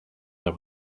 that